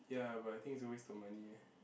ya but I think is a waste of money eh